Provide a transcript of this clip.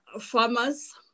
farmers